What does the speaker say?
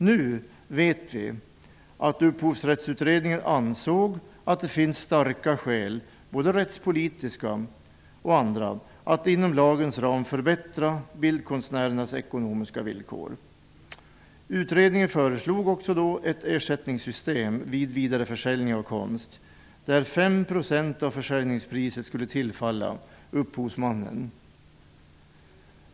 Nu vet vi att Upphovsrättsutredningen anser att det finns starka skäl, både rättspolitiska och andra, att inom lagens ram förbättra bildkonstnärernas ekonomiska villkor. Utredningen föreslog också ett ersättningssystem vid vidareförsäljning av konst där 5 % av försäljningspriset skulle tillfalla upphovsmannen.